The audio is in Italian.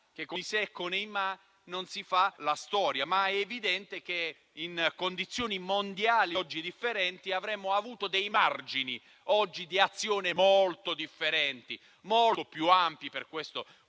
che con i se e con i ma non si fa la storia, ma è evidente che in condizioni mondiali differenti oggi avremmo avuto dei margini di azione molto differenti, molto più ampi per questo